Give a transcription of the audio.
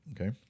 okay